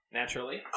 naturally